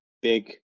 big